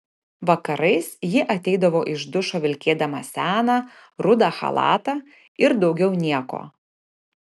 vakarais ji ateidavo iš dušo vilkėdama seną rudą chalatą ir daugiau nieko